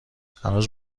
هنوزم